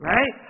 Right